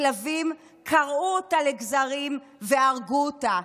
הכלבים קרעו אותה לגזרים והרגו אותה.